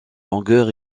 longueur